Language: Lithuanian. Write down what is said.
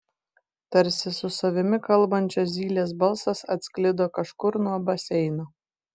tarsi su savimi kalbančio zylės balsas atsklido kažkur nuo baseino